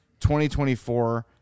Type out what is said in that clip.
2024